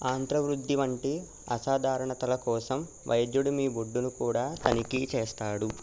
ఆంత్రవృద్ధి వంటి అసాధారణతల కోసం వైద్యుడు మీ బొడ్డును కూడా తనిఖీ చేస్తాడు